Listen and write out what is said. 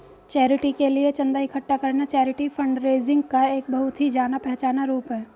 charity के लिए चंदा इकट्ठा करना चैरिटी फंडरेजिंग का एक बहुत ही जाना पहचाना रूप है